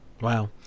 Wow